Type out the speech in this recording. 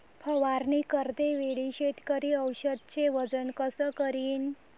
फवारणी करते वेळी शेतकरी औषधचे वजन कस करीन?